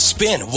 Spin